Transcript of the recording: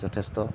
যথেষ্ট